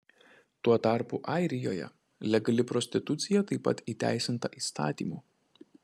tuo tarpu airijoje legali prostitucija taip pat įteisinta įstatymu